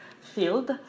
field